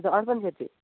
हजुर अर्पण छेत्री